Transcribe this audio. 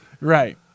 Right